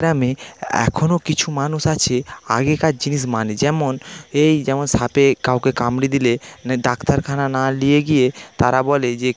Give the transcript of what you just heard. গ্রামে এখনো কিছু মানুষ আছে আগেকার জিনিস মানে যেমন এই যেমন সাপে কাউকে কামড়ে দিলে ডাক্তারখানা না নিয়ে গিয়ে তারা বলে যে